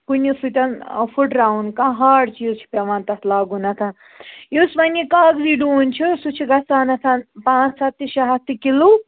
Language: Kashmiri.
کُنہِ سۭتۍ پھُٹراوُن کانٛہہ ہارڈ چیٖز چھُ پٮ۪وان تَتھ لاگُن یُس وۅنۍ یہِ کاغذی ڈوٗنۍ چھُ سُہ چھُ گژھان گژھان پانٛژھ ہَتھ تہٕ شیٚے ہَتھ تہِ کِلوٗ